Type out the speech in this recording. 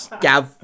gav